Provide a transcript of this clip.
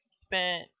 spent